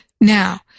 Now